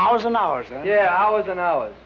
hours and hours yet hours and hours